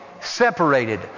separated